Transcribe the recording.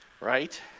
Right